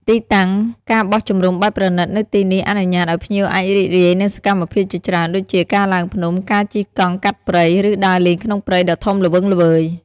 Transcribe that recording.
ទីតាំង ការបោះជំរំបែបប្រណីត នៅទីនេះអនុញ្ញាតឲ្យភ្ញៀវអាចរីករាយនឹងសកម្មភាពជាច្រើនដូចជា ការឡើងភ្នំ ការជិះកង់កាត់ព្រៃ ឬដើរលេងក្នុងព្រៃដ៏ធំល្វឹងល្វើយ។